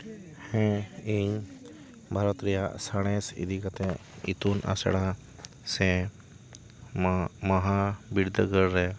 ᱦᱮᱸ ᱤᱧ ᱵᱷᱟᱨᱚᱛ ᱨᱮᱭᱟᱜ ᱥᱟᱬᱮᱥ ᱤᱫᱤ ᱠᱟᱛᱮ ᱤᱛᱩᱱ ᱟᱥᱲᱟ ᱥᱮ ᱢᱟ ᱢᱟᱦᱟ ᱵᱤᱨᱫᱟᱹᱜᱟᱲ ᱨᱮ